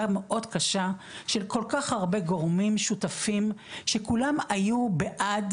מאוד קשה של כל כך הרבה גורמים שותפים שכולם היו בעד,